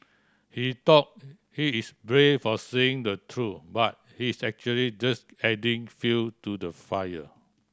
he thought he is brave for saying the truth but he is actually just adding fuel to the fire